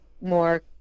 more